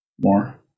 More